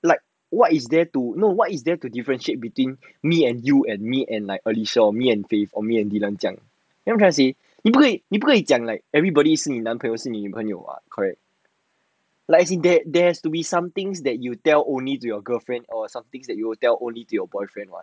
like what is there to know what is there to differentiate between me and you and me and like alicia or me and faith or and dylan 这样 you know what I'm trying to say 你不可以你不可以讲 like everybody 是你男朋友是你女朋友 are correct like as in there has to be something that you tell only to your girlfriend or something that you will tell only to your boyfriend